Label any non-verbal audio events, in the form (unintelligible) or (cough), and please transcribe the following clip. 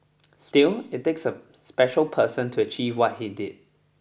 still it takes a (unintelligible) special person to achieve what he did